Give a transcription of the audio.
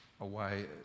away